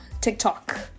TikTok